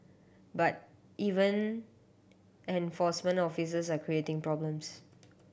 but even enforcement officers are creating problems